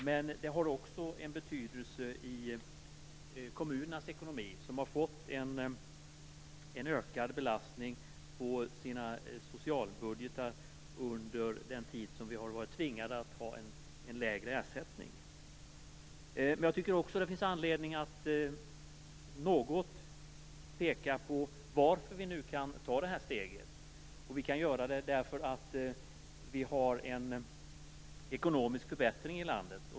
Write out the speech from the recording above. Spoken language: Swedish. Men det har också en betydelse i kommunernas ekonomi, som har fått en ökad belastning på socialbudgetarna under den tid vi har varit tvingade att ha en lägre ersättning. Jag tycker också att det finns anledning att något peka på varför vi kan ta steget. Vi kan göra det därför att vi har en ekonomisk förbättring i landet.